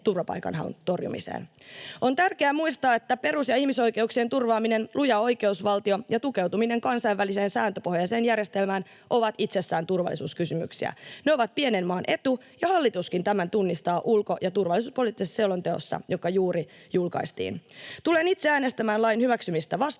turvapaikanhaun torjumiseen. On tärkeää muistaa, että perus- ja ihmisoikeuksien turvaaminen, luja oikeusvaltio ja tukeutuminen kansainväliseen sääntöpohjaiseen järjestelmään ovat itsessään turvallisuuskysymyksiä. Ne ovat pienen maan etu, ja hallituskin tämän tunnistaa ulko- ja turvallisuuspoliittisessa selonteossa, joka juuri julkaistiin. Tulen itse äänestämään lain hyväksymistä vastaan,